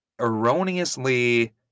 erroneously